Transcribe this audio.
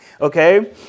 Okay